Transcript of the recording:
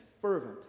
fervent